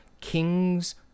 King's